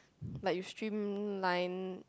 like you streamline